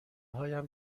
هایم